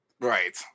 Right